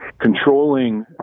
controlling